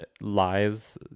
lies